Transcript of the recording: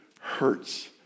hurts